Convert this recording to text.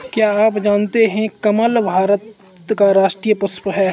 क्या आप जानते है कमल भारत का राष्ट्रीय पुष्प है?